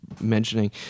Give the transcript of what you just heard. mentioning